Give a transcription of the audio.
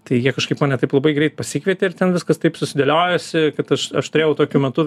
tai jie kažkaip mane taip labai greit pasikvietė ir ten viskas taip susidėliojosi kad aš aš turėjau tokiu metu